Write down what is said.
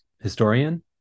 historian